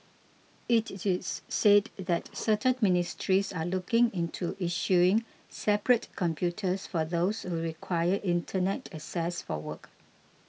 it it is said that certain ministries are looking into issuing separate computers for those who require Internet access for work